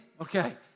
Okay